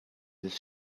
this